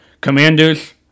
Commanders